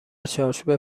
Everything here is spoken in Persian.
چارچوب